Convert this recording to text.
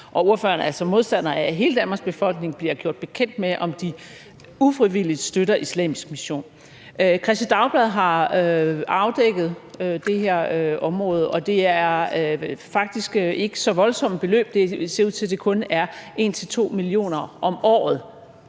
ordføreren er altså modstander af, at hele Danmarks befolkning bliver gjort bekendt med, om de ufrivilligt støtter islamisk mission. Kristeligt Dagblad har afdækket det her område, og det er faktisk ikke så voldsomme beløb. Det ser ud til, at det kun er 1-2 mio. kr. om året,